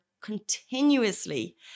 continuously